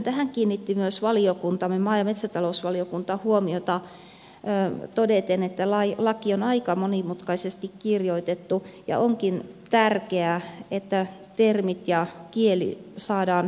tähän kiinnitti myös valiokuntamme maa ja metsätalousvaliokunta huomiota todeten että laki on aika monimutkaisesti kirjoitettu ja onkin tärkeää että termit ja kieli saadaan yleistajuisiksi